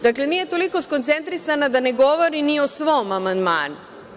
Dakle, nije toliko skoncentrisana da ne govori ni o svom amandmanu.